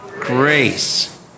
Grace